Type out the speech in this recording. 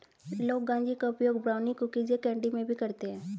लोग गांजे का उपयोग ब्राउनी, कुकीज़ या कैंडी में भी करते है